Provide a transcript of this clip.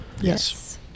Yes